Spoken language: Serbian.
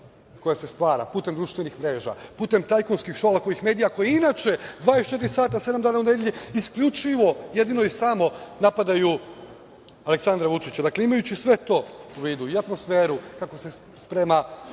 koja se stvara putem društvenih mreža, putem tajkunskih Šolakovih medija, koji inače 24 sata, sedam dana u nedelji isključivo, jedino i samo napadaju Aleksandra Vučića. Dakle, imajući sve to u vidu, i atmosferu kako se sprema